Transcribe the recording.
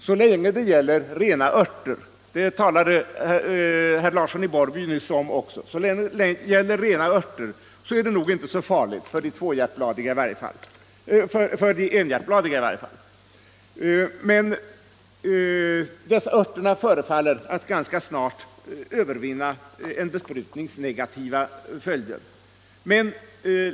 Så länge det gäller rena örter — det talade herr Larsson i Borrby om nyss — är det nog inte så farligt, i varje fall inte för de enhjärtbladiga. Dessa örter förefaller att ganska snart övervinna en besprutnings negativa följder.